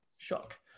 shock